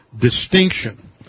Distinction